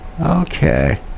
okay